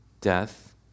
death